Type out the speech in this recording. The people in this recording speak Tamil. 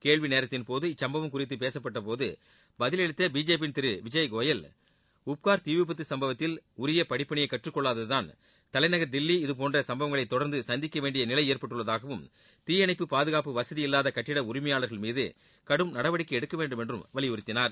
கேள்வி நேரத்தின் போது இச்சம்பவம் குறித்து பேசப்பட்ட போது பதில் அளித்த பிஜேபியின் திரு விஜய் கோயல் உப்கார் தீவிபத்து சம்பவத்தில் உரிய படிப்பினை கற்றுக்கொள்ளாததுதான் தலைநகர் தில்லி இதுபோன்ற சம்பவங்களை தொடர்ந்து சந்திக்க வேண்டிய நிலை ஏற்பட்டுள்ளதாகவும் தீயணைப்பு பாதுகாப்பு வசதி இல்லாத கட்டிட உரிமையளார்கள் மீது கடும் நடவடிக்கை எடுக்க வேண்டும் என்று வலியுறுத்தினார்